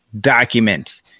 documents